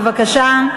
בבקשה.